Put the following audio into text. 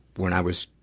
when i was